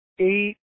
eight